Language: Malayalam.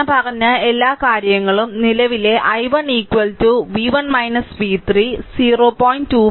ഞാൻ പറഞ്ഞ എല്ലാ കാര്യങ്ങളും നിലവിലെ i1 v1 v3 0